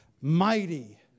mighty